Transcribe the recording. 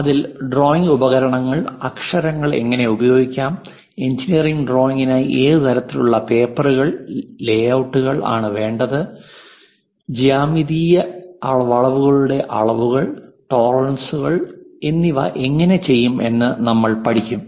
അതിൽ ഡ്രോയിംഗ് ഉപകരണങ്ങൾ അക്ഷരങ്ങൾ എങ്ങനെ ഉപയോഗിക്കാം എഞ്ചിനീയറിംഗ് ഡ്രോയിംഗിനായി ഏത് തരത്തിലുള്ള പേപ്പറുകൾ ലേയൌട്ടുകൾ ആണ് വേണ്ടത് ജ്യാമിതീയ വളവുകളുടെ അളവുകൾ ടോളറൻസുകൾ എന്നിവ എങ്ങനെ ചെയ്യും എന്ന് നമ്മൾ പഠിക്കും